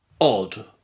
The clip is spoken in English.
odd